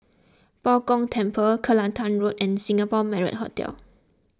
Bao Gong Temple Kelantan Road and Singapore Marriott Hotel